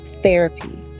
Therapy